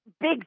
Big